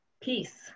Peace